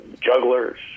jugglers